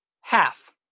Half